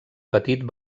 petit